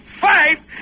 fight